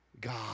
God